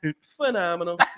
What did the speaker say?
phenomenal